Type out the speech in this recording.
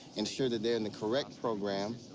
ensure that they're in the correct program.